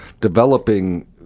developing